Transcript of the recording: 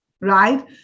right